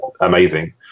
amazing